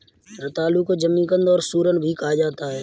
रतालू को जमीकंद और सूरन भी कहा जाता है